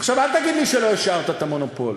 עכשיו, אל תגיד לי שלא השארת את המונופול.